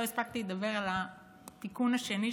לא הספקתי לדבר על התיקון השני,